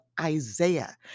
Isaiah